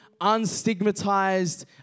unstigmatized